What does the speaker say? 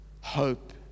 hope